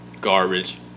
Garbage